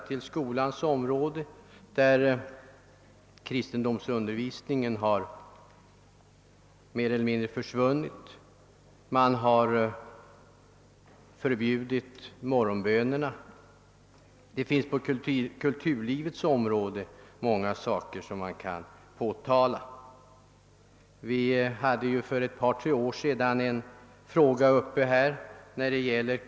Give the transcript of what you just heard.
På skolans område har kristendomsundervisningen mer eller mindre försvunnit. Morgonbönerna har förbjudits. På kulturlivets område finns det en mängd saker som man kan påtala.